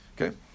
Okay